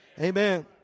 Amen